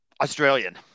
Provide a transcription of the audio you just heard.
Australian